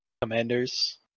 commanders